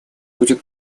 будет